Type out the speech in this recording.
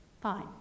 fine